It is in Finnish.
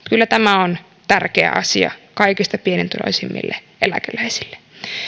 kyllä tämä on tärkeä asia kaikista pienituloisimmille eläkeläisille